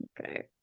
okay